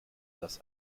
dass